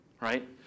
Right